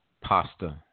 pasta